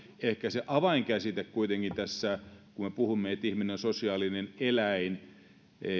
ehkä se avainkäsite tässä kun me puhumme siitä että ihminen on sosiaalinen eläin